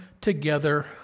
together